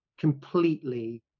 completely